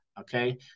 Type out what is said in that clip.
okay